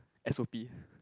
S O P